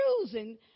choosing